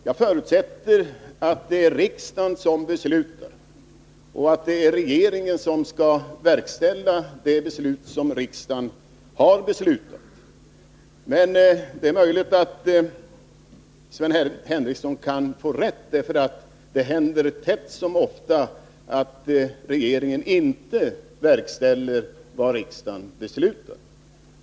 Jag förutsätter att det är riksdagen som beslutar och att det är regeringen som skall verkställa det beslut som riksdagen har fattat. Men det är möjligt att Sven Henricsson kan få rätt, därför att det händer titt och tätt att regeringen inte verkställer vad riksdagen beslutat.